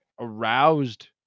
aroused